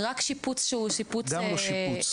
רק שיפוץ שהוא שיפוץ של --- גם לא שיפוץ.